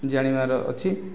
ଜାଣିବାର ଅଛି